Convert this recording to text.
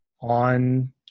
on